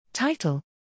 Title